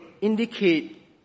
indicate